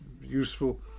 useful